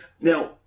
Now